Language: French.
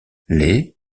les